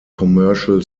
commercial